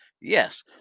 yes